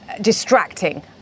distracting